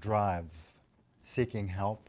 drive seeking help